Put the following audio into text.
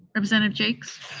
representative jaques?